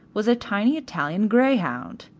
was a tiny italian greyhound.